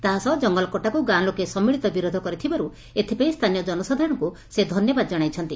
ତାସହ ଜଙ୍ଗଲ କଟାକୁ ଗାଁ ଲୋକେ ସମ୍ମିଳିତ ବିରୋଧ କରିଥିବାରୁ ଏଥିପାଇଁ ସ୍ତାନୀୟ ଜନସାଧାରଣଙ୍କ ଧନ୍ୟବାଦ ଜଶାଇଛନ୍ତି